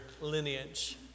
lineage